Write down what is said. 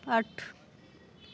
ਅੱਠ